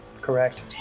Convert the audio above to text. Correct